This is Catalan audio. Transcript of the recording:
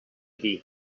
dir